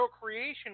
creation